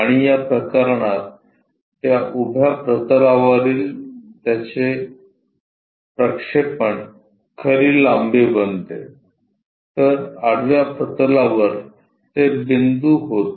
आणि या प्रकरणात त्या उभ्या प्रतलावरील त्याचे प्रक्षेपण खरी लांबी बनते तर आडव्या प्रतलावर ते बिंदू होते